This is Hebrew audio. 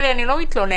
לשבת ולבכות